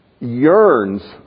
yearns